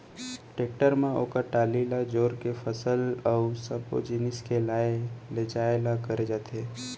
tractor म ओकर trolley ल जोर के फसल अउ सब्बो जिनिस के लाय लेजाय ल करे जाथे